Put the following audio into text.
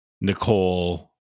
Nicole